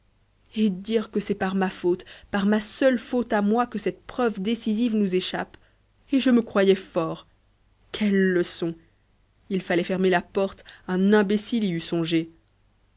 et dire que c'est par ma faute par ma seule faute à moi que cette preuve décisive nous échappe et je me croyais fort quelle leçon il fallait fermer la porte un imbécile y